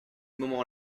moments